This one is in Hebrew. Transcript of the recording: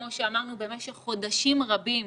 כמו שאמרנו במשך חודשים רבים.